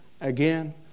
again